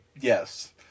Yes